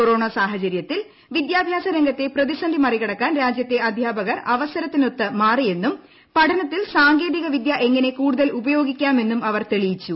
corona സാഹചര്യത്തിൽ വിദ്യാഭ്യാസരംഗത്തെ പ്രതിസന്ധി മറികടക്കാൻ രാജ്യത്തെ അദ്ധ്യാപകർ അവസരത്തി നൊത്ത് മാറിയെന്നും പഠനത്തിൽ സാങ്കേതികവിദ്യ എങ്ങനെ കൂടുതൽ ഉപയോഗിക്കാമെന്നും അവർ തെളിയിച്ചു